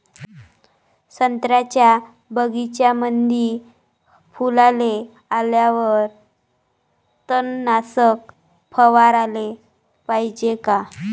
संत्र्याच्या बगीच्यामंदी फुलाले आल्यावर तननाशक फवाराले पायजे का?